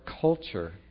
culture